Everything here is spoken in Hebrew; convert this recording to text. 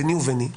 ביני וביני,